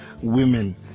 women